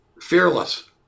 Fearless